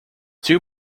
two